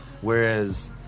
Whereas